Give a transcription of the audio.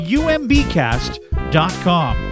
umbcast.com